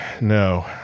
no